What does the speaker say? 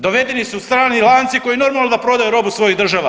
Dovedeni su strani lanci koji normalno da prodaju robu svojih država.